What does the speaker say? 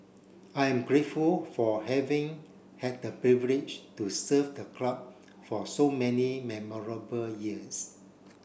I am grateful for having had the privilege to serve the club for so many memorable years